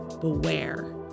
beware